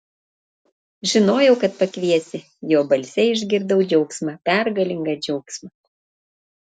žinojau kad pakviesi jo balse išgirdau džiaugsmą pergalingą džiaugsmą